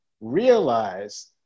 realize